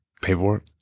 Paperwork